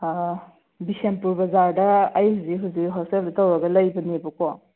ꯑꯣ ꯑꯣ ꯕꯤꯁꯦꯝꯄꯨꯔ ꯕꯖꯥꯔꯗ ꯑꯩ ꯍꯧꯖꯤꯛ ꯍꯧꯖꯤꯛ ꯍꯣꯁꯇꯦꯜꯗ ꯇꯧꯔꯒ ꯂꯩꯕꯅꯦꯕꯀꯣ